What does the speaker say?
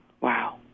Wow